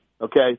okay